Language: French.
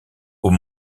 aux